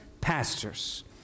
pastors